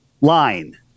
line